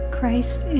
Christ